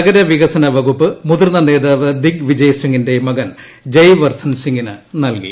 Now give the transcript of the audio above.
നഗരുവികസന വകുപ്പ് മുതിർന്ന നേതാവ് ദിഗ് വിജയസിംഗിന്റെ മകൻ ജയ്വർദ്ധൻ സിംഗിന് നൽകി